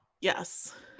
yes